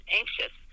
anxious